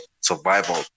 survival